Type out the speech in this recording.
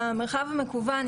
אנחנו יודעים היום,